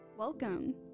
Welcome